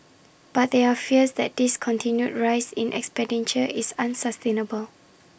but there are fears that this continued rise in expenditure is unsustainable